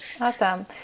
Awesome